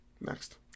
next